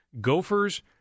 Gophers